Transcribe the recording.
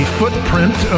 footprint